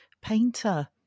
painter